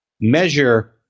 measure